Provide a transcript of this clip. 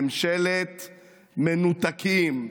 ממשלת מנותקים.